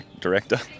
director